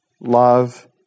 love